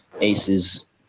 Aces